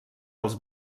pels